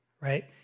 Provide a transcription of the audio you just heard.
right